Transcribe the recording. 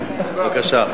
בבקשה.